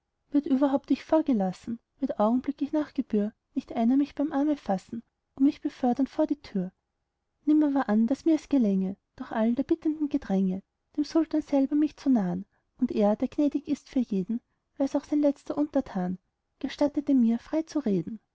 begehr würd überhaupt ich vorgelassen würd augenblicklich nach gebühr nicht einer mich beim arme fassen und mich befördern vor die tür nimm aber an daß mir's gelänge durch all der bittenden gedränge dem sultan selber mich zu nah'n und er der gnädig ist für jeden wär's auch sein letzter untertan gestattete mir frei zu reden wie